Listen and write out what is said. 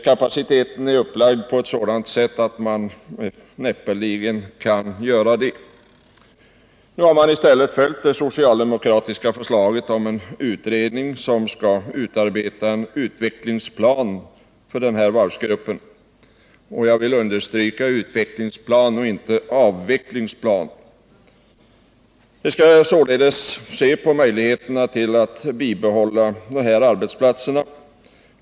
Kapaciteten är ju upplagd på ett sådant sätt att man näppeligen kan göra det. Utskottet har här följt det socialdemokratiska förslaget om en utredning som skall utarbeta en utvecklingsplan för denna varvsgrupp — jag vill understryka att det handlar om en utvecklingsplan, inte en avvecklingsplan. Utredningen skall se på möjligheterna att bibehålla dessa arbetsplatser.